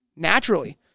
Naturally